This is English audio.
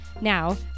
Now